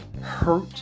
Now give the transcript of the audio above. hurt